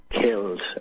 killed